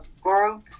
group